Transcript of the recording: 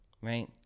right